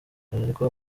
ego